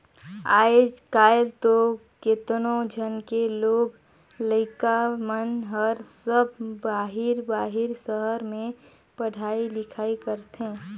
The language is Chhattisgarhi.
आयज कायल तो केतनो झन के लोग लइका मन हर सब बाहिर बाहिर सहर में पढ़ई लिखई करथे